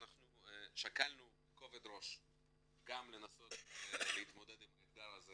אנחנו שקלנו בכובד ראש גם לנסות להתמודד עם האתגר הזה